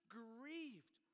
grieved